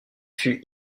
fut